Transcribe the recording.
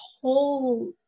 whole